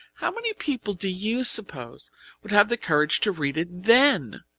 how many people do you suppose would have the courage to read it then?